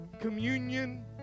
Communion